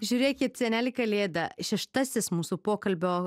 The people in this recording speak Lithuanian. žiūrėkit seneli kalėda šeštasis mūsų pokalbio